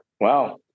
wow